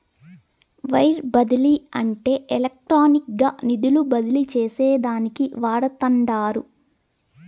wire బదిలీ అంటే ఎలక్ట్రానిక్గా నిధులు బదిలీ చేసేదానికి వాడతండారు